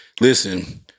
Listen